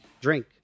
drink